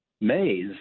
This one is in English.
Mays